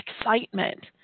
excitement